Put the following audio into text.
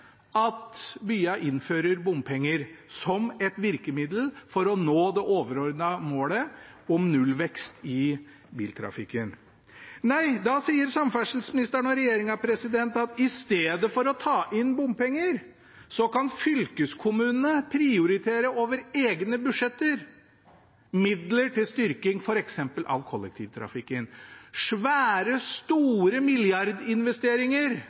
at byene innfører bompenger som et virkemiddel for å nå det overordnede målet om nullvekst i biltrafikken. Da sier samferdselsministeren og regjeringen at i stedet for å ta inn bompenger kan fylkeskommunene over egne budsjetter prioritere midler til styrking av f.eks. kollektivtrafikken – svære, store milliardinvesteringer